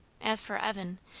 as for evan,